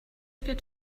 good